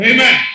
Amen